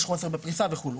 יש חוסר בפריסה וכדומה,